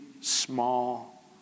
small